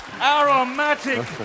Aromatic